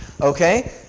Okay